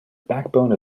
backbone